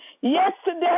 Yesterday